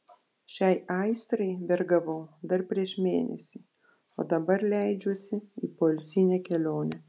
šiai aistrai vergavau dar prieš mėnesį o dabar leidžiuosi į poilsinę kelionę